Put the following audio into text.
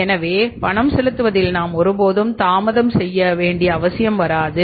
எனவே பணம் செலுத்துவதில் நாம் ஒருபோதும் தாமதம் செய்ய வேண்டிய அவசியம் வராது